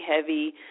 heavy